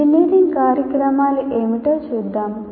engineering కార్యక్రమాలు ఏమిటో చూద్దాం